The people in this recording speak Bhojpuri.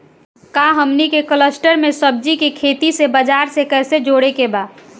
का हमनी के कलस्टर में सब्जी के खेती से बाजार से कैसे जोड़ें के बा?